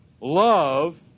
love